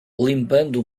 limpando